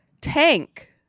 Tank